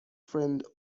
friend